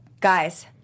guys